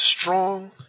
strong